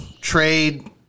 trade